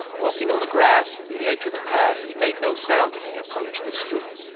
walking on the grass at the edge of the path he made no sound as he approached the stoop,